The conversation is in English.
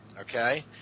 okay